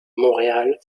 montréal